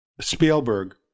Spielberg